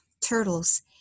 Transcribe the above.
turtles